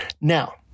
Now